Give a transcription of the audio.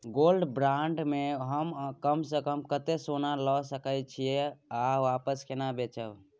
Gold bond म हम कम स कम कत्ते सोना ल सके छिए आ वापस केना बेचब?